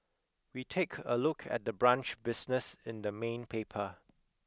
we take a look at the brunch business in the main paper